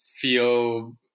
feel